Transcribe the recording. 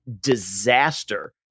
disaster